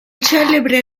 celebre